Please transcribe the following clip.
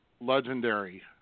legendary